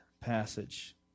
passage